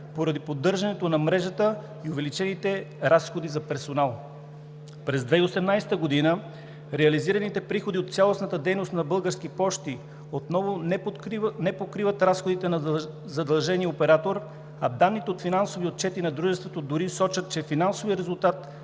поради поддържането на мрежата и увеличените разходи за персонал. През 2018 г. реализираните приходи от цялостната дейност на Български пощи отново не покриват разходите на задължения оператор, а данните от финансови отчети на дружествата дори сочат, че финансовият резултат